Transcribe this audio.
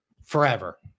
forever